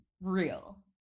real